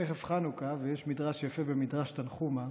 תכף חנוכה, ויש מדרש יפה, במדרש תנחומא,